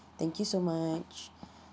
thank you so much